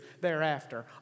thereafter